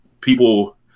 people